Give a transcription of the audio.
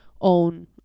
own